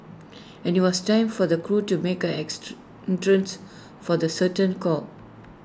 and IT was time for the crew to make an for the curtain call